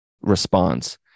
response